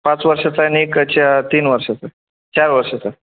पाच वर्षाचा आहे आणि एक चा तीन वर्षाचा आहे चार वर्षाचा